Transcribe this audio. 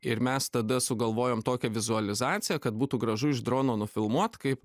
ir mes tada sugalvojom tokią vizualizaciją kad būtų gražu iš drono nufilmuot kaip